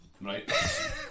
right